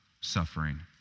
suffering